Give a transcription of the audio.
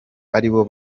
aribo